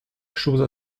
chose